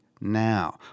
now